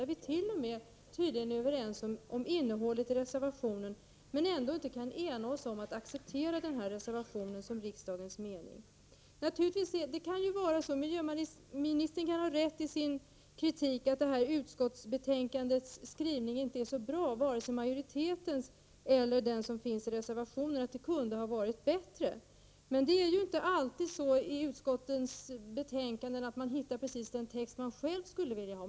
Vi är t.o.m. överens om innehållet i reservationen men kan inte ena oss om att acceptera den som riksdagens mening. Miljöministern kan ha rätt i sin kritik att skrivningen inte är så bra — det gäller både majoritetens och reservationens — och att den kunde ha varit bättre. Men i utskottets betänkanden får man ju inte alltid precis den text man själv skulle vilja ha.